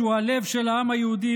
שהוא הלב של העם היהודי,